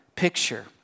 picture